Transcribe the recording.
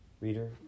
reader